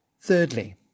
Thirdly